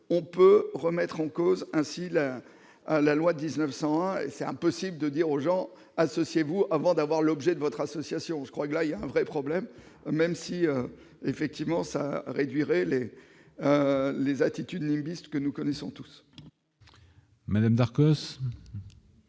on peut remettre en cause ainsi la à la loi 1901 c'est impossible de dire aux gens associez-vous avant d'avoir l'objet de votre association, je crois que là il y a un vrai problème, même si effectivement ça réduirait les les attitudes, les listes que nous connaissons tous. Madame d'Arcos.